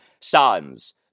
Sons